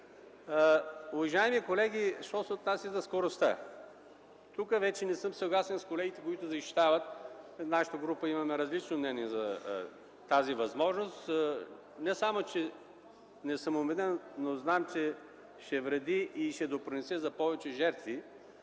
Уважаеми колеги, що се отнася до скоростта – тук вече не съм съгласен с колегите, които защитават. Нашата група има различно мнение за тази възможност. Не само че не съм убеден, но знам, че ще вреди – увеличаването на скоростта